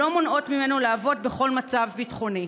לא מונעות ממנו לעבוד בכל מצב ביטחוני.